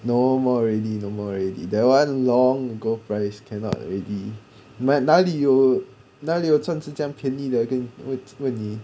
no more already no more already that one long ago price cannot already man 哪里有哪里有钻石这样便宜的跟你问你